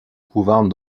couvent